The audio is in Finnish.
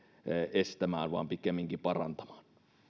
estämään vaan pikemminkin parantamaan